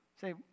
Say